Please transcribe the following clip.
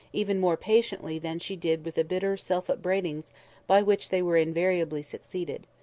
even more patiently than she did with the bitter self-upbraidings by which they were invariably succeeded.